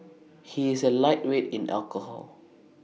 he is A lightweight in alcohol